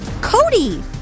Cody